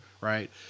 right